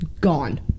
gone